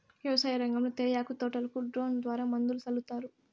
వ్యవసాయ రంగంలో తేయాకు తోటలకు డ్రోన్ ద్వారా మందులు సల్లుతారు